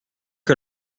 que